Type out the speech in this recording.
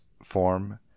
form